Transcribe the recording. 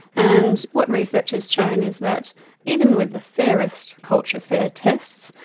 and what research has shown is that even with the fairest culture, fair tests,